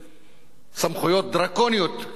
סמכויות דרקוניות, חסרות תקדים,